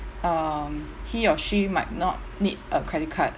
um he or she might not need a credit card